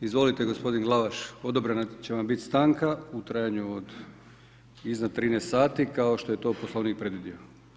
Izvolite gospodine Glavaš, odobrena će vam bit stanka u trajanju od, iza 13 sati kao što je to Poslovnik predvidio.